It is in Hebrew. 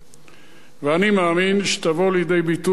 ואני מאמין שתבוא לידי ביטוי עוד בדורנו.